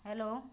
hello